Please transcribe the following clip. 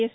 yes